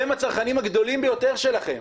הם הצרכנים הגדולים ביותר שלכם.